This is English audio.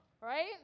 Right